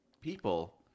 people